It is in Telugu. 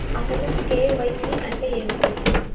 అసలు కే.వై.సి అంటే ఏమిటి?